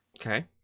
Okay